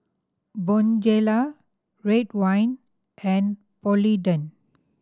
Bonjela Ridwind and Polident